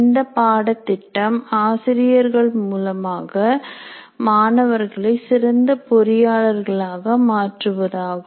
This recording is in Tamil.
இந்த பாடத்திட்டம் ஆசிரியர்கள் மூலமாக மாணவர்களை சிறந்த பொறியாளர்களாக மாற்றுவதாகும்